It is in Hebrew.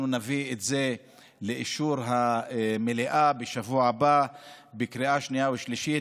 נביא את זה לאישור המליאה בשבוע הבא בקריאה שנייה ושלישית,